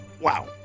Wow